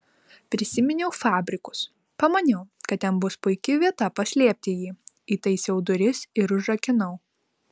prisiminiau fabrikus pamaniau kad ten bus puiki vieta paslėpti jį įtaisiau duris ir užrakinau